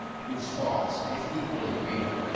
whose faults, if equally real,